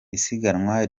isiganwa